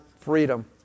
freedom